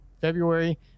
February